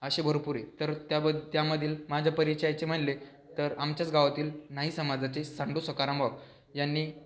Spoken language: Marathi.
असे भरपूर आहेत तर त्या बद त्यामधील माझ्या परिचयाचे म्हटले तर आमच्याच गावातील न्हावी समाजाचे सांडू सखाराम भाऊ यांनी